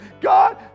god